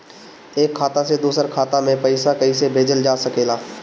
एक खाता से दूसरे खाता मे पइसा कईसे भेजल जा सकेला?